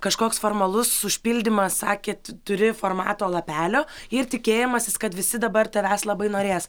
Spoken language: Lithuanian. kažkoks formalus užpildymas a keturi formato lapelio ir tikėjimasis kad visi dabar tavęs labai norės